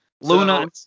Luna